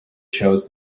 chose